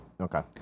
Okay